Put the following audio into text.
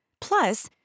plus